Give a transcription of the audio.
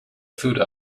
food